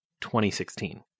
2016